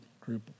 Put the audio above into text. group